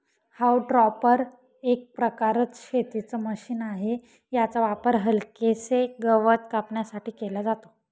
haulm topper एक प्रकारचं शेतीच मशीन आहे, याचा वापर हलकेसे गवत कापण्यासाठी केला जातो